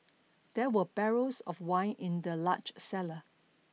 there were barrels of wine in the large cellar